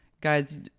Guys